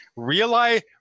Realize